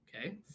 Okay